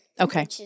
okay